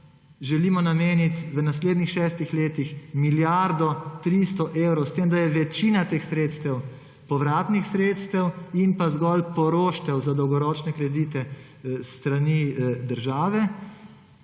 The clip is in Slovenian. želimo nameniti milijardo 300 evrov, s tem da je večina teh sredstev povratnih sredstev in zgolj poroštev za dolgoročne kredite s strani države.